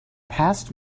passed